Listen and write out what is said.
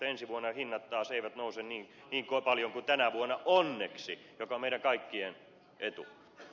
ensi vuonna hinnat taas eivät nouse niin paljon kuin tänä vuonna onneksi mikä on meidän kaikkien etu